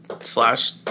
Slash